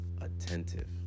Attentive